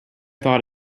thought